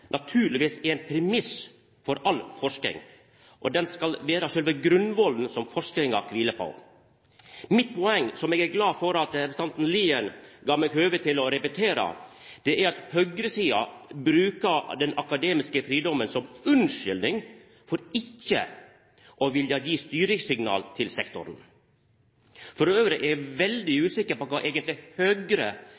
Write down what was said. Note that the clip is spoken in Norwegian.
naturlegvis er ein premiss for all forsking. Han skal vera sjølve grunnvollen som forskinga kviler på. Mitt poeng, som eg er glad for at representanten Lien gav meg høve til å repetera, er at høgresida brukar den akademiske fridomen som unnskyldning for ikkje å vilja gi styringssignal til sektoren. Elles er eg veldig